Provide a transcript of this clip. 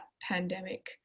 pandemic